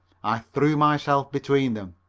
i threw myself between them.